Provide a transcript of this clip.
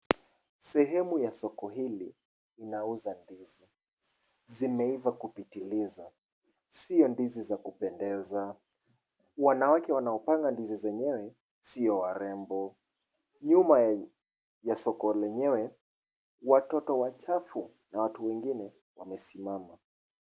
Sehemu ya soko hili inauza ndizi. Zimeiva kupitiliza. Sio ndizi za kupendeza. Wanawake wanaopanga ndizi zenyewe sio warembo. Nyuma ya soko lenyewe, watoto wachafu na watu wengine wamesimama.